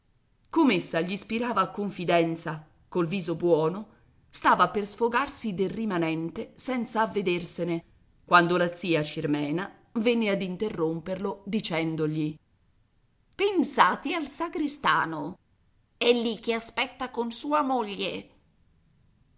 com'essa gli ispirava confidenza col viso buono stava per sfogarsi del rimanente senza avvedersene quando la zia cirmena venne ad interromperlo dicendogli pensate al sagrestano è lì che aspetta con sua moglie